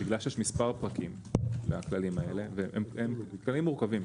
אני יודע שיש מספר פרטים לכללים האלה והם כללים מורכבים.